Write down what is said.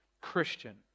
Christian